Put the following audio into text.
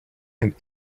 and